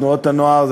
תנועות הנוער,